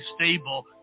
stable